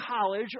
college